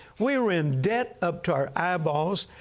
we were in debt up to our eyeballs,